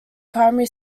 primary